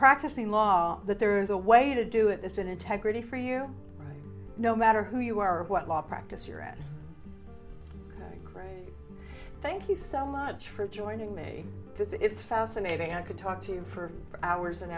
practicing law that there is a way to do it it's an integrity for you no matter who you are or what law practice you're at gray thank you so much for joining me it's fascinating i could talk to you for hours and